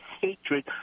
hatred